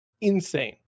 insane